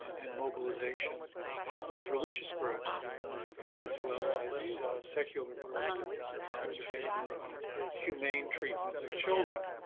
and mobilization of religious groups as well as secular groups in favor of humane treatment of children.